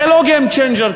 זה לא game changer,